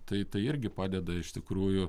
tai tai irgi padeda iš tikrųjų